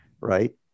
right